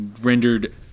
rendered